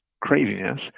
craziness